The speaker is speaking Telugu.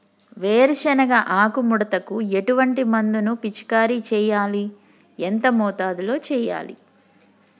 వేరుశెనగ ఆకు ముడతకు ఎటువంటి మందును పిచికారీ చెయ్యాలి? ఎంత మోతాదులో చెయ్యాలి?